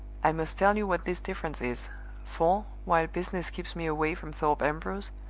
i must tell you what this difference is for, while business keeps me away from thorpe ambrose,